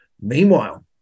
Meanwhile